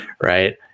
right